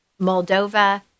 Moldova